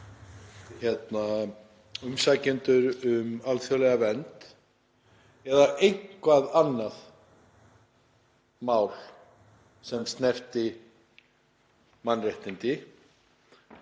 umsækjendur um alþjóðlega vernd eða eitthvert annað mál sem snertir mannréttindi.